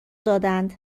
دادند